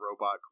robot